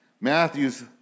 Matthew's